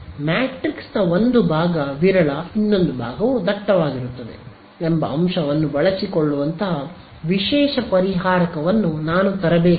ಮ್ಯಾಟ್ರಿಕ್ಸ್ನ ಒಂದು ಭಾಗ ವಿರಳ ಇನ್ನೊಂದು ಭಾಗವು ದಟ್ಟವಾಗಿರುತ್ತದೆ ಎಂಬ ಅಂಶವನ್ನು ಬಳಸಿಕೊಳ್ಳುವಂತಹ ವಿಶೇಷ ಪರಿಹಾರಕವನ್ನು ನಾನು ತರಬೇಕಾಗಿದೆ